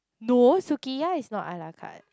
no sukiya is not ala carte